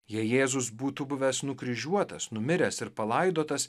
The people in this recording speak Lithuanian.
jei jėzus būtų buvęs nukryžiuotas numiręs ir palaidotas